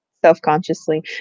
self-consciously